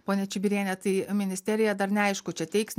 ponia čibirienė tai ministerija dar neaišku čia teiks